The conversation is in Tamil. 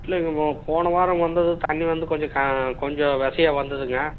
இல்லைங்க இப்போ போன வாரம் வந்தது தண்ணி வந்து கொஞ்சம் க கொஞ்சம் வசதியாக வந்ததுங்க